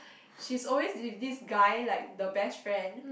she's always with this guy like the best friend